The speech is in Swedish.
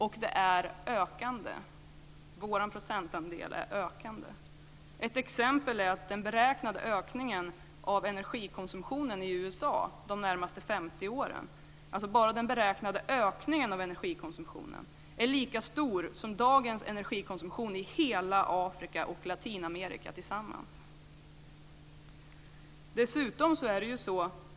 Och vår procentandel är ökande. Ett exempel är att den beräknade ökningen av energikonsumtionen i USA de närmaste 50 åren är lika stor som dagens energikonsumtion i hela Afrika och Latinamerika tillsammans.